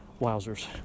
wowzers